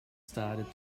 started